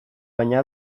baina